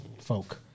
folk